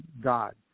God